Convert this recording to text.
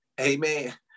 Amen